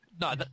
No